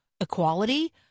equality